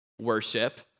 worship